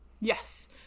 Yes